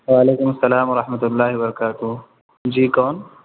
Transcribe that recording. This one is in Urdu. وعلیکم السّلام ورحمۃ اللہ وبرکاتہ جی کون